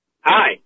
Hi